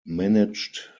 managed